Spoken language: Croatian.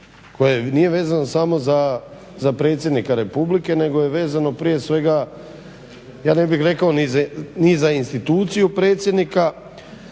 koje nije vezano samo za predsjednika Republike nego je vezano prije svega ja ne bih rekao ni za instituciju predsjednika